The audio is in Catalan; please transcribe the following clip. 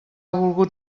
volgut